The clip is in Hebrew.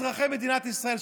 אזרחי מדינת ישראל,